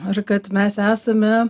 ar kad mes esame